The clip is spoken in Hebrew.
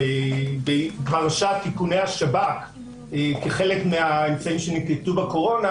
בפרשת איכוני השב"כ כחלק מהאמצעים שננקטו בקורונה